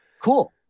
cool